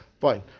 Fine